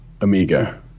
Amiga